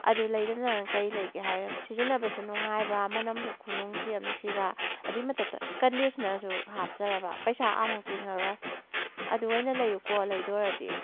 ꯑꯗꯨ ꯂꯩꯗꯅ ꯀꯩ ꯂꯩꯒꯦ ꯍꯥꯏꯅꯣ ꯁꯤꯖꯤꯟꯅꯕꯁꯨ ꯅꯨꯡꯉꯥꯏꯕ ꯃꯅꯝꯁꯨ ꯈꯨꯅꯨꯡꯁꯤ ꯑꯃ ꯅꯨꯡꯁꯤꯕ ꯑꯗꯨꯏ ꯃꯊꯛꯇ ꯀꯟꯗꯤꯁꯅꯔꯁꯨ ꯍꯥꯞꯆꯔꯕ ꯄꯩꯁꯥ ꯑꯃꯐꯧ ꯇꯤꯡꯉꯔꯣꯏ ꯑꯗꯨ ꯑꯣꯏꯅ ꯂꯩꯌꯨꯀꯣ ꯂꯩꯗꯣꯏ ꯑꯣꯏꯔꯗꯤ